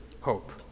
hope